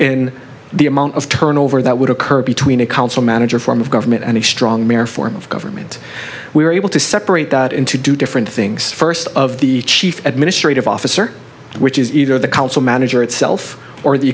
in the amount of turnover that would occur between a council manager form of government and a strong mayor form of government we are able to separate that into do different things first of the chief administrative officer which is either the council manager itself or the